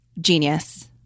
genius